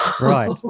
Right